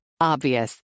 Obvious